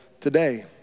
today